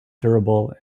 durable